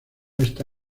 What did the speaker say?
está